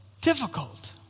difficult